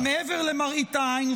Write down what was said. אבל מעבר למראית העין,